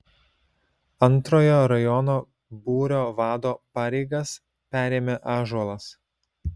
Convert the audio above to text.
antrojo rajono būrio vado pareigas perėmė ąžuolas